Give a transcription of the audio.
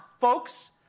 folks